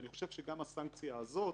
אני חושב שגם הסנקציה הזו,